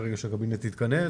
ברגע שהקבינט יתכנס,